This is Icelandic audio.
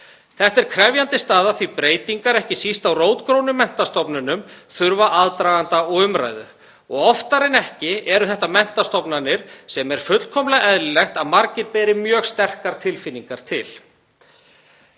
Þetta er krefjandi staða því að breytingar, ekki síst á rótgrónum menntastofnunum, þurfa aðdraganda og umræðu og oftar en ekki eru þetta menntastofnanir sem er fullkomlega eðlilegt að margir beri mjög sterkar tilfinningar til.